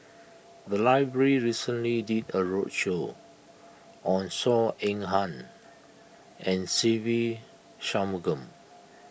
the library recently did a roadshow on Saw Ean Ang and Se Ve Shanmugam